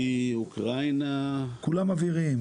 מאוקראינה- -- כולם אוויריים?